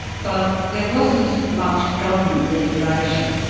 but there wasn't much government regulation.